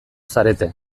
zarete